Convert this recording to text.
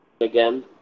again